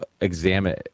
examine